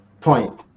point